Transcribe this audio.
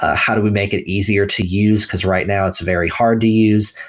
ah how do we make it easier to use, because right now it's very hard to use.